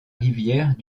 rivière